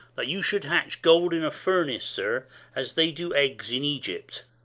that you should hatch gold in a furnace, sir as they do eggs in egypt!